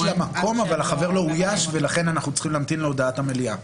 לו מקום אבל החבר לא אויש ולכן אנחנו צריכים להמתין להודעת המליאה.